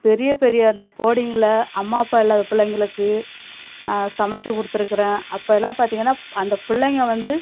பெரிய பெரிய அந்த போர்டிங்கில அம்மா அப்பா இல்லாத பிள்ளைங்களுக்கு நான் சமைச்சு கொடுத்துருக்குறேன் அப்போலாம் பார்த்திங்கன்னா அந்த பிள்ளைங்க வந்து